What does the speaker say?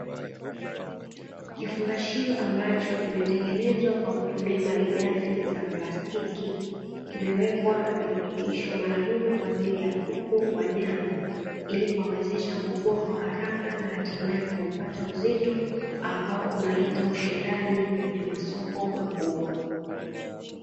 Kifungashio ambacho kimetengenezwa kwa kutumia malighafi za plastiki, kimewekwa virutubisho maalumu kwa ajili ya kuku wa nyama, ili kuwawezesha kukua kwa haraka, na hatimaye kuupata uzito ambao unaleta ushindani kwenye masoko makubwa.